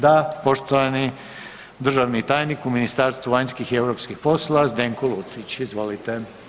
Da, poštovani državnik u Ministarstvu vanjskih i europskih poslova, Zdenko Lucić, izvolite.